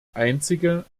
einzige